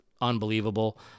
unbelievable